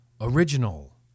Original